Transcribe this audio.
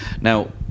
now